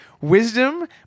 wisdom